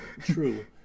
True